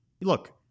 Look